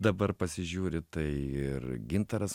dabar pasižiūri tai ir gintaras